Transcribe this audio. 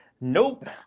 Nope